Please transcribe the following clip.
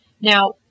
Now